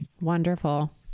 Wonderful